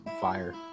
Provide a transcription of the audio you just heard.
fire